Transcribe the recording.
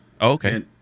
okay